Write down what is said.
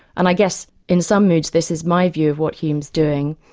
and i guess in some moods this is my view of what hume's doing,